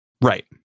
Right